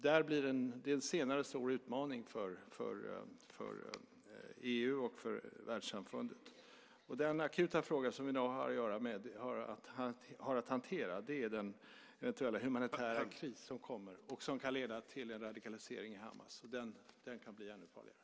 Det blir en senare stor utmaning för EU och för världssamfundet. Den akuta fråga som vi nu har att hantera är den eventuella humanitära kris som kommer och som kan leda till en radikalisering i Hamas, och den kan bli ännu farligare.